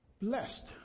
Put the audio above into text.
Blessed